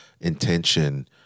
intention